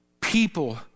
people